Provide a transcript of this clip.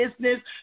business